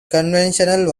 conventional